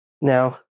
Now